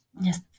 Yes